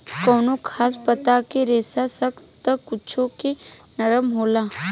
कवनो खास पता के रेसा सख्त त कुछो के नरम होला